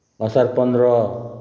असार पन्ध्र